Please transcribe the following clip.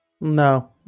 No